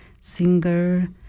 singer